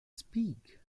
speak